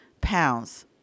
pounds